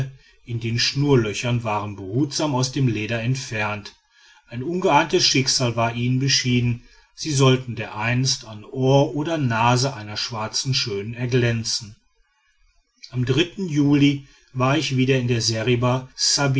in den schnürlöchern waren behutsam aus dem leder entfernt ein ungeahntes schicksal war ihnen beschieden sie sollten dereinst an ohr oder nase einer schwarzen schönen erglänzen am juli war ich wieder in der seriba